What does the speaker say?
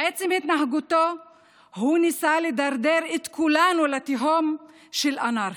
בעצם התנהגותו הוא ניסה לדרדר את כולנו לתהום של אנרכיה.